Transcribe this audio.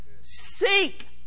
Seek